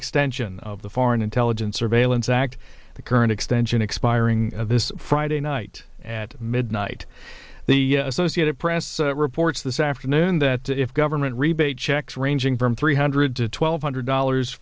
extension of the foreign intelligence surveillance act the current extension expiring this friday night at midnight the associated press reports this afternoon in that if government rebate checks ranging from three hundred to twelve hundred dollars